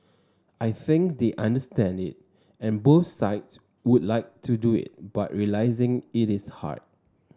I think they understand it and both sides would like to do it but realising it is hard